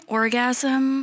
orgasm